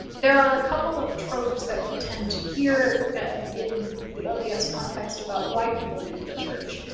there are a couple of tropes that we tend to hear in the lds context about why people leave the church.